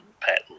pattern